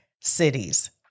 cities